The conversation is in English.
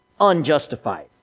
unjustified